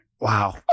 Wow